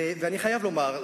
ואני חייב לומר,